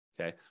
okay